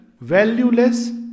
valueless